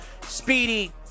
Speedy